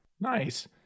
Nice